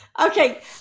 Okay